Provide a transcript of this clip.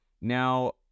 Now